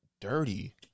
dirty